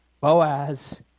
Boaz